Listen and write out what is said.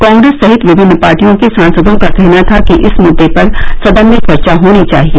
कांग्रेस सहित विभिन्न पार्टियों के सांसदों का कहना था कि इस मुद्दे पर सदन में चर्चा होनी चाहिए